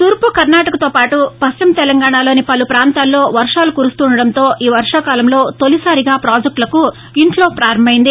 తూర్పు కర్ణాటకతో పాటు పశ్చిమ తెలంగాణలోని పలు పాంతాల్లో భారీ వర్వాలు కురుస్తూ ఉ ండటంతో ఈ వర్షాకాలంలో తొలిసారిగా పాజెక్టులకు ఇన్ఫ్లో పారంభమైంది